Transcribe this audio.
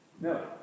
No